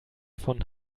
von